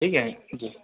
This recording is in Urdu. ٹھیک ہے جی